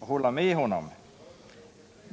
hålla med honom.